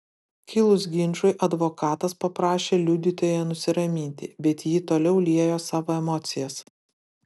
kilus ginčui advokatas paprašė liudytoją nusiraminti bet ji toliau liejo savo emocijas